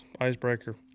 icebreaker